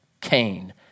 Cain